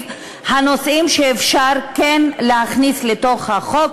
הנושאים שכן אפשר להכניס לתוך החוק,